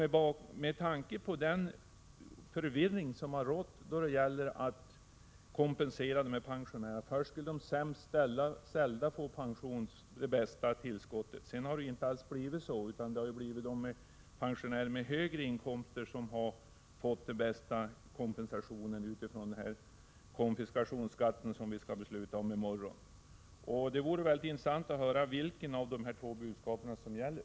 Det har rått stor förvirring när det gäller kompensationen till dessa pensionärer. Först skulle de sämst ställda få de bästa tillskotten. Sedan har det inte alls blivit så, utan pensionärerna med högre inkomster kommer att få den bästa kompensationen för den konfiskationsskatt som riksdagen skall besluta om i morgon. Det vore intressant att höra vilket av dessa två budskap som gäller,